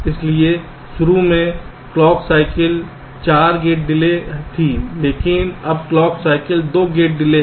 इसलिए शुरू में क्लॉक साइकिल 4 गेट डिले थी लेकिन अब क्लॉक साइकिल 2 गेट डिले है